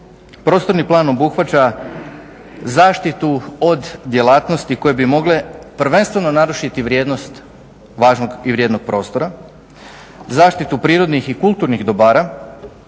Prostorni plan obuhvaća zaštitu od djelatnosti koje bi mogle prvenstveno narušiti vrijednost važnog i vrijednog prostora, zaštitu prirodnih i kulturnih dobara,